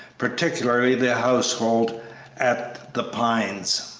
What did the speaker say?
particularly the household at the pines.